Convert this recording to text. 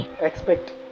Expect